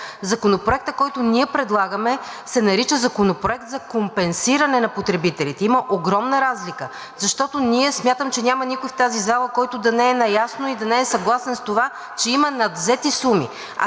Законопроектът, който ние предлагаме, се нарича Законопроект за компенсиране на потребителите. Има огромна разлика. Смятам, че няма никой в тази зала, който да не е наясно и да не е съгласен с това, че има надвзети суми,